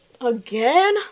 Again